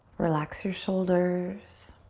relax your shoulders.